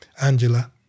Angela